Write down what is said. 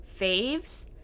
faves